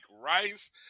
Rice